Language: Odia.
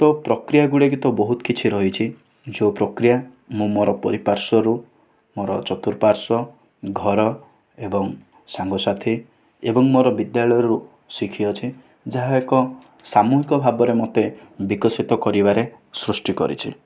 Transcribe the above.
ତ ପ୍ରକ୍ରିୟା ଗୁଡ଼ିକ ତ ବହୁତ କିଛି ରହିଛି ଯେଉଁ ପ୍ରକ୍ରିୟା ମୁଁ ମୋର ପରିପାର୍ଶ୍ଵରୁ ମୋର ଚତୁଃପାର୍ଶ୍ଵ ଘର ଏବଂ ସାଙ୍ଗସାଥି ଏବଂ ମୋର ବିଦ୍ୟାଳୟରୁ ଶିଖିଅଛି ଯାହା ଏକ ସାମୁହିକ ଭାବରେ ମୋତେ ବିକଶିତ କରିବାରେ ସୃଷ୍ଟି କରିଛି